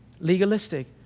legalistic